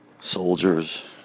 Soldiers